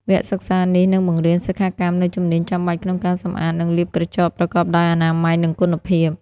វគ្គសិក្សានេះនឹងបង្រៀនសិក្ខាកាមនូវជំនាញចាំបាច់ក្នុងការសម្អាត និងលាបក្រចកប្រកបដោយអនាម័យ និងគុណភាព។